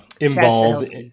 Involved